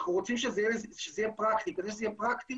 אנחנו רוצים שזה יהיה פרקטי וכדי שזה יהיה פרקטי